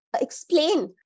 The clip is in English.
explain